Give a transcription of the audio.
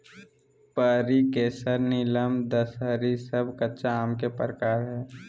पयरी, केसर, नीलम, दशहरी सब कच्चा आम के प्रकार हय